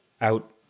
out